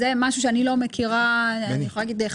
זה משהו שאני לא מכירה 15,